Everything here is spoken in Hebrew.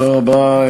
תודה רבה.